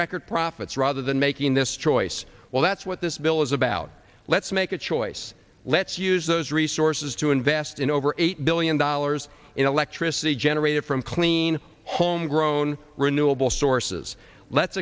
record profits rather than making this choice well that's what this bill is about let's make a choice let's use those resources to invest in over eight billion dollars in electricity generated from clean homegrown renewable sources let's